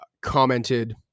commented